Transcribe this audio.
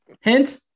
hint